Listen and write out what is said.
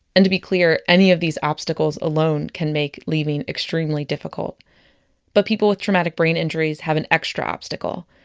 and to be clear any of these obstacles alone can make leaving extremely difficult but people with traumatic brain injuries have an extra obstacle.